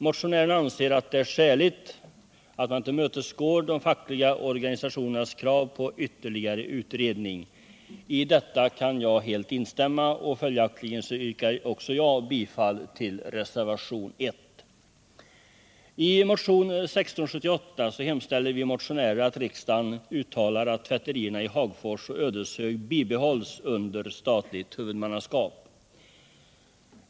Motionärerna anser att det är skäligt att man tillmötesgår de fackliga organisationernas krav på ytterligare utredning. I detta kan jag helt instämma, och följaktligen yrkar också jag bifall till vad som framförts i reservationen 1. I motionen 1678 hemställer vi motionärer att riksdagen uttalar att tvätterierna i Hagfors och Ödeshög bibehålls under statligt huvudmannaskap.